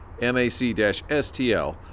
mac-stl